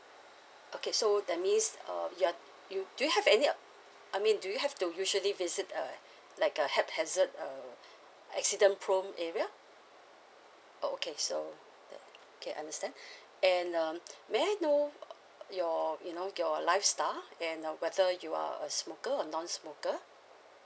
okay so that means uh you're you do you have any uh I mean do you have to usually visit err like a haphazard uh accident prone area oh okay so that okay understand and um may I know err your you know your lifestyle and whether you are a smoker or non-smoker